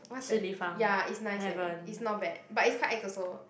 what's that ya it's nice eh it's not bad but it's quite ex also